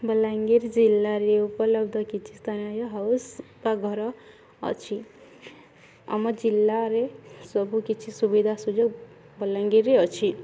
ବଲାଙ୍ଗୀର ଜିଲ୍ଲାରେ ଉପଲବ୍ଧ କିଛି ସ୍ଥାନୀୟ ହାଉସ୍ ବା ଘର ଅଛି ଆମ ଜିଲ୍ଲାରେ ସବୁ କିଛି ସୁବିଧା ସୁଯୋଗ ବଲାଙ୍ଗୀରରେ ଅଛି